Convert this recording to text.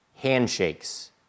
handshakes